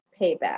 payback